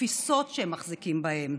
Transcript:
התפיסות שהם מחזיקים בהם.